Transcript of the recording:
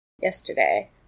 yesterday